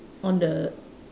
on the